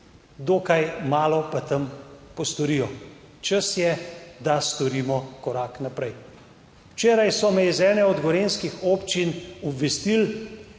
dokaj malo pa tam postorijo. Čas je, da storimo korak naprej. Včeraj so me iz ene od gorenjskih občin obvestili,